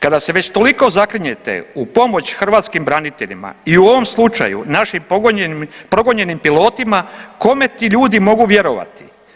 Kada se već toliko zaklinjete u pomoć hrvatskim braniteljima i u ovom slučaju našim progonjenim pilotima, kome ti ljudi mogu vjerovati?